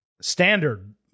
standard